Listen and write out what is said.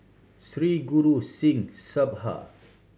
Sri Guru Singh Sabha